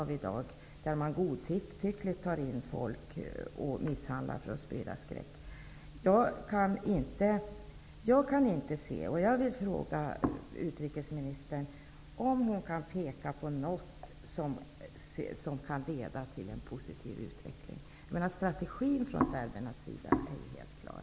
Man arresterar människor godtyckligt och misshandlar dem för att sprida skräck. Jag vill fråga utrikesministern om hon kan peka på något som kan leda till en positiv utveckling. Serbernas strategi är ju helt klar.